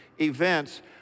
events